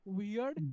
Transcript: weird